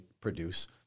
produce